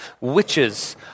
witches